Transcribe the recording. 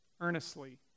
earnestly